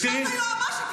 תשאל את היועמ"שית,